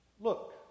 look